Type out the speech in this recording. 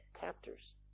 captors